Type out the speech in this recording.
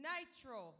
Nitro